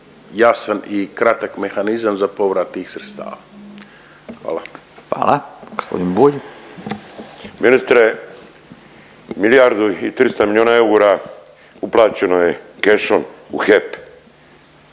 jasan i kratak mehanizam za povrat tih sredstava. Hvala. **Radin, Furio (Nezavisni)** Ministre, milijardu i 300 milijuna eura uplaćeno je kešom u HEP.